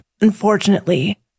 unfortunately